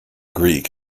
greek